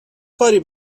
کاری